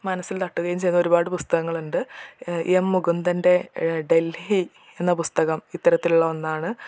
മനസ്സിൽ തട്ടുകയും ചെയ്ത ഒരുപാട് പുസ്തകങ്ങളുണ്ട് എം മുകുന്ദൻ്റെ ഡൽഹി എന്ന പുസ്തകം ഇത്തരത്തിലുള്ള ഒന്നാണ്